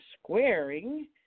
squaring